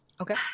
Okay